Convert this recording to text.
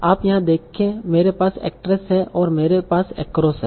आप यहाँ देखें मेरे पास actress है और मेरे पास across है